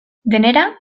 denera